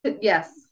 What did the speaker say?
Yes